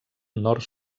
nord